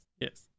yes